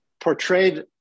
portrayed